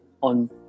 on